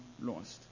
lost